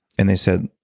and they said,